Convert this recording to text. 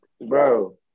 Bro